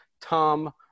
tom